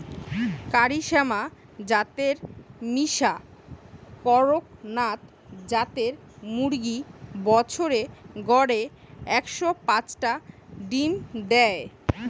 কারি শ্যামা জাতের মিশা কড়কনাথ জাতের মুরগি বছরে গড়ে একশ পাচটা ডিম দেয়